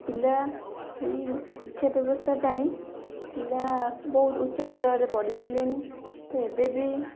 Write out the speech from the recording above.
ପିଲା ଏଇ ଶିକ୍ଷା ବ୍ୟବସ୍ଥା ପାଇଁ ପିଲା ବହୁତ ଉଚ୍ଚ ସ୍ତରରେ ପଢ଼ିସାରିଲେଣି ତ ଏବେ ବି